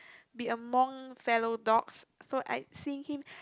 be among fellow dogs so I see him